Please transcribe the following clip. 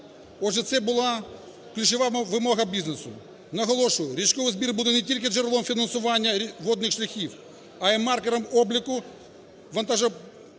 Отже, це була ключова вимога бізнесу. Наголошую, річковий збір буде не тільки джерелом фінансування водних шляхів, а й маркером обліку вантажопотоку